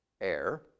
air